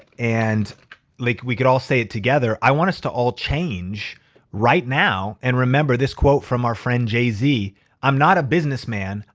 and like we could all say it together. i want us to all change right now and remember this quote from our friend jay z i'm not a businessman,